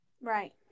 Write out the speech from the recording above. right